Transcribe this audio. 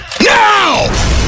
Now